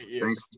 thanks